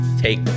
take